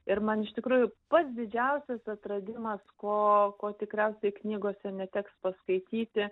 ir man iš tikrųjų pats didžiausias atradimas ko ko tikriausiai knygose neteks paskaityti